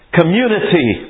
community